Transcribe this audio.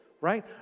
right